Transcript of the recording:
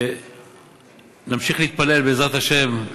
נמשיך להתפלל, בעזרת השם,